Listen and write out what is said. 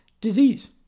disease